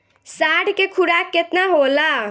साढ़ के खुराक केतना होला?